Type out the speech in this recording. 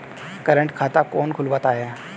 Current खाता कौन खुलवाता है?